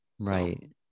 right